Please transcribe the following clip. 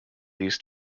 east